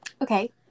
Okay